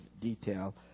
detail